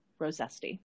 Rosesti